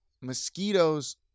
Mosquitoes